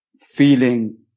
feeling